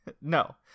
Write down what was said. No